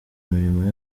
imirimo